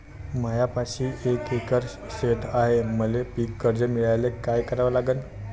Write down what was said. मायापाशी एक एकर शेत हाये, मले पीककर्ज मिळायले काय करावं लागन?